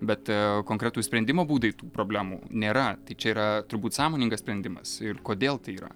bet konkretūs sprendimo būdai tų problemų nėra tai čia yra turbūt sąmoningas sprendimas ir kodėl tai yra